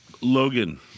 Logan